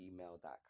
gmail.com